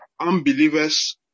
unbelievers